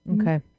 Okay